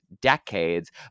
decades